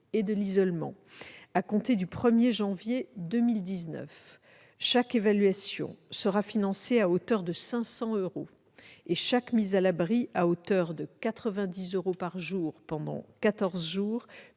et de l'isolement, à compter du 1 janvier 2019. Chaque évaluation sera financée à hauteur de 500 euros et chaque mise à l'abri à hauteur de 90 euros par jour pendant quatorze